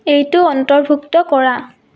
এইটো অন্তৰ্ভুক্ত কৰা